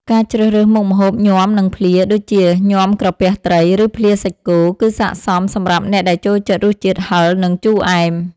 ការជ្រើសរើសមុខម្ហូប ញាំ និងភ្លា ដូចជាញាំក្រពះត្រី ឬភ្លាសាច់គោ គឺស័ក្តិសមសម្រាប់អ្នកដែលចូលចិត្តរសជាតិហឹរ និងជូរអែម។